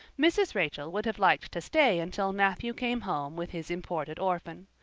mrs. rachel would have liked to stay until matthew came home with his imported orphan.